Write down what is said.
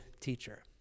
teacher